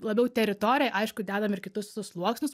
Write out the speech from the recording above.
labiau teritoriją aišku dedam ir kitus sluoksnius